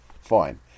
Fine